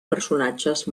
personatges